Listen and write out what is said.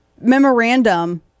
memorandum